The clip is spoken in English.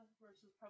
versus